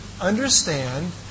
understand